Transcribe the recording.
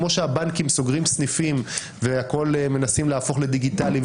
כמו שהבנקים סוגרים סניפים ואת הכול מנסים להפוך לדיגיטלי,